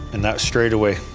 and that straightaway.